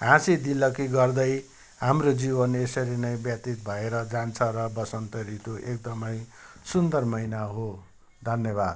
हाँसी दिल्लगी गर्दै हाम्रो जीवन यसरी नै व्यतित भएर जान्छ र वसन्त ऋतु एकदमै सुन्दर महिना हो धन्यवाद